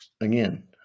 again